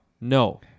No